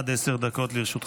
אדוני, עד עשר דקות לרשותך.